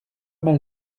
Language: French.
mal